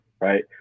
right